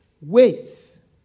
weights